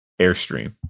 airstream